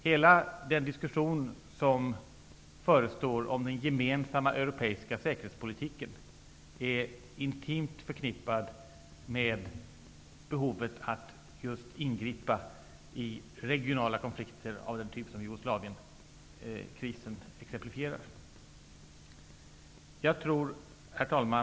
Hela den diskussion som förestår om den gemensamma europeiska säkerhetspolitiken är intimt förknippad med behovet att ingripa i regionala konflikter av den typ som Jugoslavienkrisen exemplifierar. Herr talman!